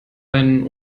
ein